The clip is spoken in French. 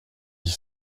dix